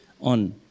on